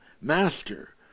Master